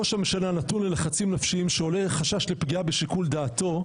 ראש הממשלה נתון ללחצים נפשיים שמהם עולה חשש לשיקול דעתו'.